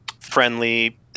friendly